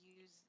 use